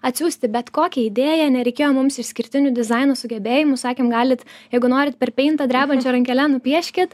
atsiųsti bet kokią idėją nereikėjo mums išskirtinių dizaino sugebėjimų sakėm galit jeigu norit per paintą drebančia rankele nupieškit